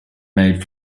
made